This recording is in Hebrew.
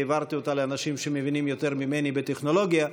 והעברתי אותה לאנשים שמבינים יותר ממני בטכנולוגיה.